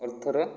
ଅର୍ଥର